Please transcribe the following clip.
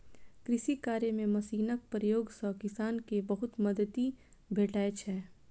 कृषि कार्य मे मशीनक प्रयोग सं किसान कें बहुत मदति भेटै छै